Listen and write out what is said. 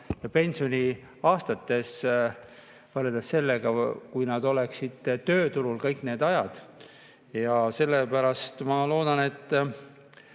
ja pensioniaastates, võrreldes sellega, kui nad oleksid tööturul kõik need aastad. Ja sellepärast ma loodan, et